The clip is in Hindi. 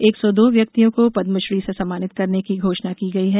एक सौ दो व्यक्तियों को पद्मश्री से सम्मानित करने की घोषणा की गई है